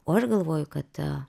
o aš galvoju kad